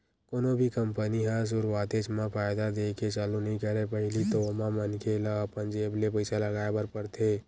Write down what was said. कोनो भी कंपनी ह सुरुवातेच म फायदा देय के चालू नइ करय पहिली तो ओमा मनखे ल अपन जेब ले पइसा लगाय बर परथे